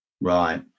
Right